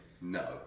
no